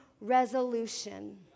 resolution